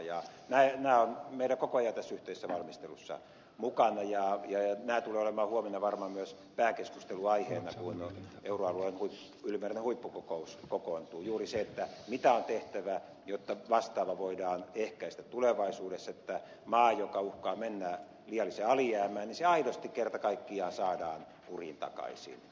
nämä ovat meillä koko ajan tässä yhteisessä valmistelussa mukana ja nämä tulevat olemaan huomenna varmaan myös pääkeskusteluaiheena kun euroalueiden ylimääräinen huippukokous kokoontuu juuri se mitä on tehtävä jotta vastaava voidaan ehkäistä tulevaisuudessa että maa joka uhkaa mennä liialliseen alijäämään niin se aidosti kerta kaikkiaan saadaan kuriin takaisin